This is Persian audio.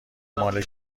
مال